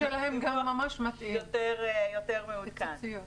כן, פיצוציות.